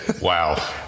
Wow